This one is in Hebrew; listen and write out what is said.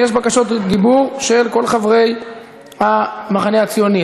יש בקשות דיבור של כל חברי המחנה הציוני.